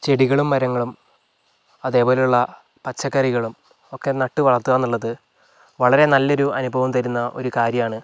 ചെടികളും മരങ്ങളും അതേപോലെയുള്ള പച്ചക്കറികളും ഒക്കെ നട്ടുവളർത്തുക എന്നുള്ളത് വളരെ നല്ലൊരു അനുഭവം തരുന്ന ഒരു കാര്യമാണ്